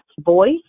voice